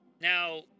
Now